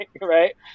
right